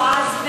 נועז,